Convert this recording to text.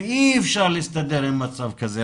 כי אי אפשר להסתדר עם מצב כזה,